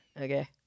okay